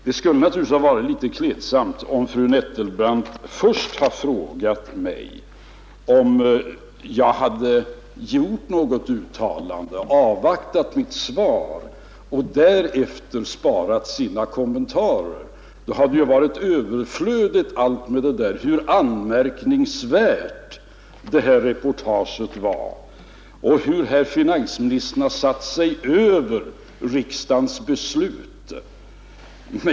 Det skulle naturligtvis ha varit klädsamt om fru Nettelbrandt först frågat mig om jag hade gjort något uttalande, avvaktat mitt svar och därefter sparat sina kommentarer. Då hade allt det varit överflödigt som sades om hur anmärkningsvärt reportaget var och hur herr finansministern har satt sig över riksdagens beslut.